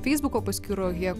feisbuko paskyroje